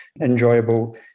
enjoyable